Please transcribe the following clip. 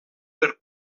per